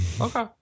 Okay